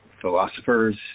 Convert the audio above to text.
philosophers